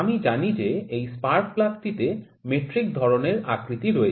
আমি জানি যে এই স্পার্ক প্লাগ টিতে মেট্রিক ধরণের আকৃতি রয়েছে